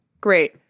Great